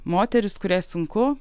moteris kuriai sunku